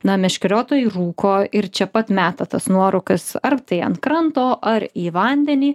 na meškeriotojai rūko ir čia pat meta tas nuorūkas ar tai ant kranto ar į vandenį